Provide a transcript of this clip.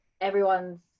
Everyone's